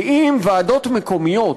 כי אם ועדות מקומיות